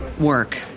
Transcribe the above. work